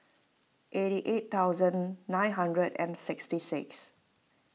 eight eight thousand nine hundred and sixty six